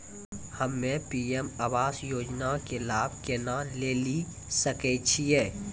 हम्मे पी.एम आवास योजना के लाभ केना लेली सकै छियै?